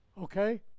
Okay